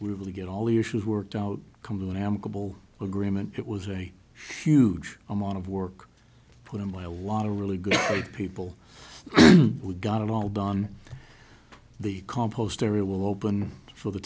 to get all the issues worked out come to an amicable agreement it was a huge amount of work put on by a lot of really good people who got it all done the compost area will open for the